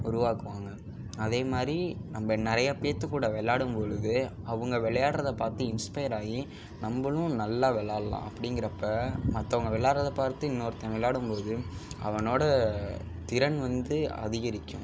உருவாக்குவாங்க அதேமாதிரி நம்ப நிறைய பேர்த்துகூட விளையாடும் பொழுது அவங்க விளையாடுறத பார்த்து இன்ஸ்பியர் ஆகி நம்மளும் நல்ல விளையாடலாம் அப்படிங்கிறப்ப மற்றவங்க விளையாடுறதை பார்த்து இன்னொருதவங்க விளையாடும் போது அவனோட திறன் வந்து அதிகரிக்கும்